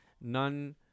none